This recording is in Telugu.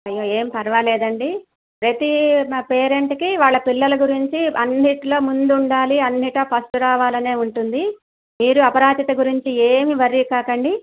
అయ్యో ఏమి పరవాలేదండి ప్రతీ పేరెంట్కి వాళ్ళ పిల్లల గురించి అన్నిట్లో ముందుండాలి అన్నింటా ఫస్ట్ రావాలనే ఉంటుంది మీరు అపరాజిత గురించి ఏమి వర్రీ కాకండి